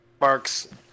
Mark's